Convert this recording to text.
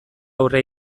aurre